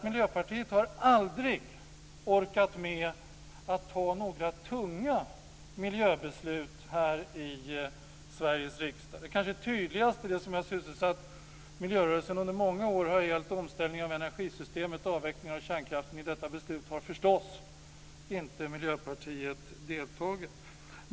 Miljöpartiet har aldrig orkat med att fatta några tunga miljöbeslut här i Sveriges riksdag. Det kanske tydligaste är det som har sysselsatt miljörörelsen under många år. Det gäller omställning av energisystemet och avveckling av kärnkraften. I detta beslut har förstås inte Miljöpartiet deltagit.